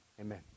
amen